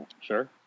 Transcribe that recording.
Sure